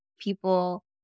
people